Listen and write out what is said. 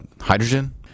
hydrogen